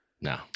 No